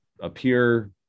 appear